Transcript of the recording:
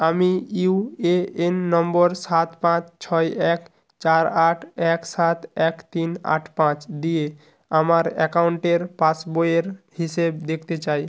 আমি ইউএএন নম্বর সাত পাঁচ ছয় এক চার আট এক সাত এক তিন আট পাঁচ দিয়ে আমার অ্যাকাউন্টের পাসবইয়ের হিসেব দেখতে চাই